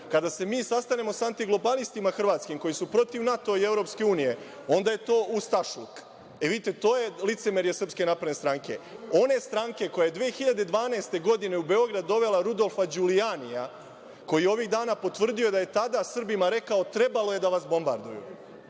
Kada se mi sastanemo sa antiglobalistima hrvatskim, koji su protiv NATO-a i EU, onda je to ustašluk. E, vidite, to je licemerje SNS, one stranke koja je 2012. godine u Beograd dovela Rudolfa Đulijanija, koji je ovih dana potvrdio da je tada Srbima rekao – trebalo je da vas bombarduju.